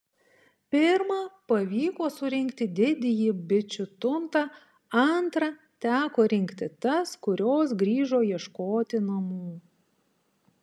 pirmą pavyko surinkti didįjį bičių tuntą antrą teko rinkti tas kurios grįžo ieškoti namų